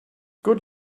good